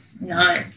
no